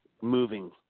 moving